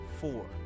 four